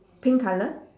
pink colour